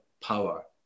power